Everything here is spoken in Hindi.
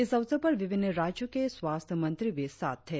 इस अवसर पर विभिन्न राज्यों के स्वास्थ्य मंत्री भी साथ थे